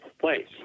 place